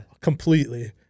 completely